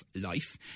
life